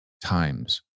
times